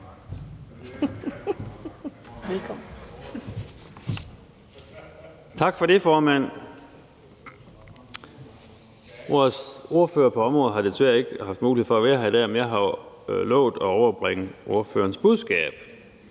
Vores ordfører på området har desværre ikke haft mulighed for at være her i dag, men jeg har lovet at overbringe ordførerens budskab.